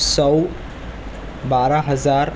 سو بارہ ہزار